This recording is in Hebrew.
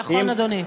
נכון, אדוני.